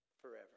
Forever